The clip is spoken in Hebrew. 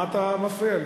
מה אתה מפריע לי?